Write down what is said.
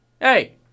hey